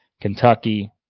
Kentucky